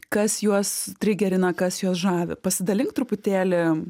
kas juos trigerina kas juos žavi pasidalink truputėlį